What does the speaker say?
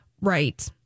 Right